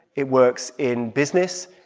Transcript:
it works in business.